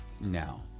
now